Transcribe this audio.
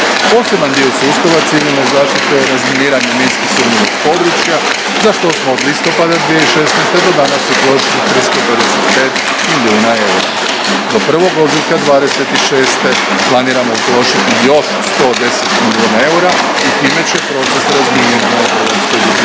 Poseban dio sustava civilne zaštite je razminiranje minski sumnjivog područja za što smo od listopada 2016. do danas utrošili 355 milijuna eura. Do 1. ožujka 2026. planiramo utrošiti još 110 milijuna eura i time će proces razminiranja u Hrvatskoj biti